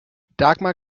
dagmar